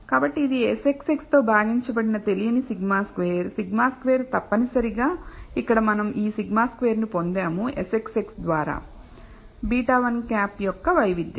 కాబట్టి ఇది Sxx తో భాగించబడిన తెలియని σ2 σ2 తప్పనిసరిగా ఇక్కడ మనం ఈ σ2 ను పొందాము Sxx ద్వారా β̂1 యొక్క వైవిధ్యం